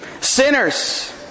sinners